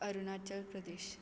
Arunachal Pradesh